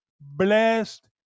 blessed